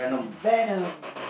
venom